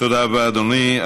תודה רבה, אדוני.